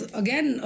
again